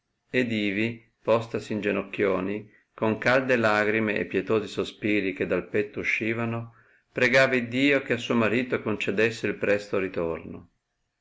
ed ivi postasi in genocchioni con calde lagrime e pietosi sospiri che dal petto uscivano pregava iddio che a suo marito concedesse il presto ritorno